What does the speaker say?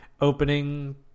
opening